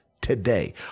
today